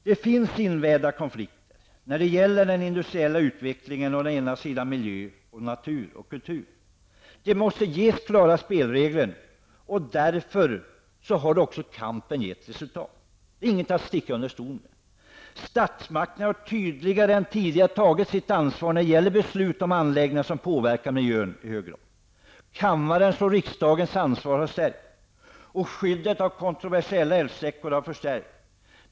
Det finns invävda konflikter när det gäller industriell utveckling å ena sidan och miljö och kultur å andra sidan. De olika intressena måste ges klara spelregler. Kampen har gett resultat. Det är inget att sticka under stol med. Statsmakterna har tydligare än tidigare tagit sitt ansvar när det gäller beslut om anläggningar som påverkar miljö i särskilt hög grad. Riksdagens ansvar har stärkts i dessa fall. Skyddet av kontroversiella älvsträckor har förstärkts.